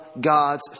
God's